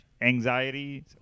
anxiety